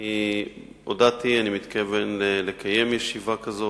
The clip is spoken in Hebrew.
אני הודעתי, אני מתכוון לקיים ישיבה כזאת.